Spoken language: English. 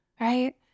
right